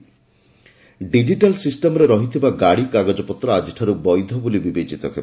digital system digital ସିଷ୍ଟମରେ ରହିଥିବା ଗାଡ଼ି କାଗଜପତ୍ର ଆଜିଠାରୁ ବୈଧ ବୋଲି ବିବେଚିତ ହେବ